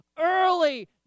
early